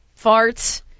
farts